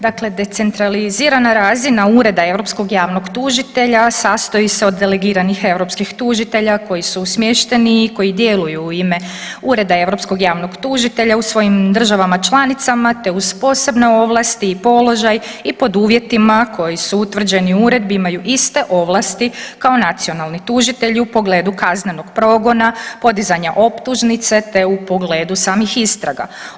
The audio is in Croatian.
Dakle decentralizirana razina Ureda europskog javnog tužitelja sastoji se od delegiranih europskih tužitelja koji su smješteni i koji djeluju u ime Ureda europskog javnog tužitelja u svojim državama članicama te uz posebne ovlasti i položaj i pod uvjetima koji su utvrđeni u Uredbi imaju iste ovlasti kao nacionalni tužitelj u pogledu kaznenog progona, podizanja optužnice te u pogledu samih istraga.